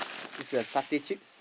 it's a satay chips